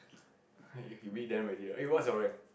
you meet them already ah what is your rank